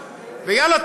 ויאללה,